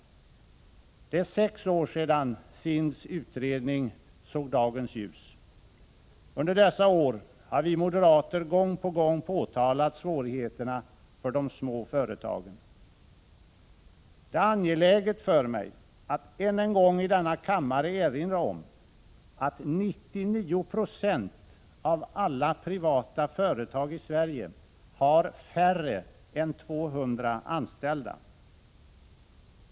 Det är sex år sedan SIND:s utredning såg dagens ljus. Under dessa år har vi moderater gång på gång påtalat svårigheterna för de små företagen. Det är angeläget för mig att än en gång i denna kammare erinra om att 99 90 av alla privata företag i Sverige har färre än 200 anställda.